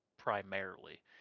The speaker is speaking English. Primarily